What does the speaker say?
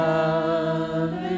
Love